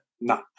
no